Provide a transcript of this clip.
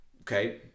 Okay